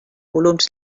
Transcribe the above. volums